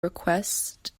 request